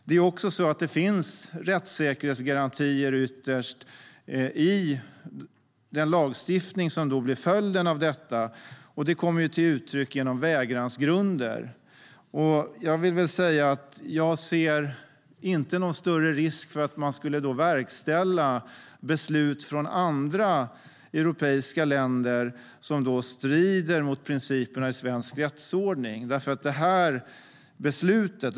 Ytterst finns det också rättssäkerhetsgarantier i den lagstiftning som då blir följden av detta, och det kommer ju till uttryck genom vägransgrunder. Erkännande och uppföljning av beslut om övervaknings-åtgärder inom Europeiska unionen Jag ser inte någon större risk för att man skulle verkställa beslut från andra europeiska länder som strider mot principerna i svensk rättsordning.